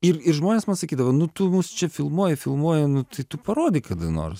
ir ir žmonės man sakydavo nu tu mus čia filmuoji filmuoji nu tai tu parodyk kada nors